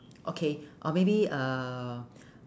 okay or maybe uh